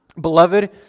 Beloved